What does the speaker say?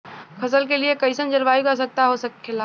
फसल के लिए कईसन जलवायु का आवश्यकता हो खेला?